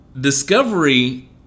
discovery